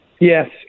Yes